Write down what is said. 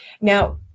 now